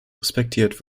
respektiert